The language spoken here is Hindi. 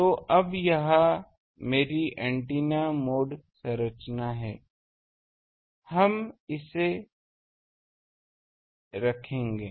तो अबयह मेरी एंटीना मोड संरचना है हम इसे रखेंगे